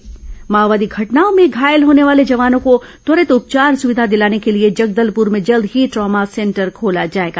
trauma centre माओवादी घटनाओं में घायल होने वाले जवानों को त्वरित उपचार सुविधा दिलाने के लिए जगदलपुर में जल्द ही ट्रामा सेंटर खोला जाएगा